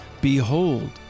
behold